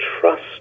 trust